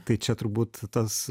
tai čia turbūt tas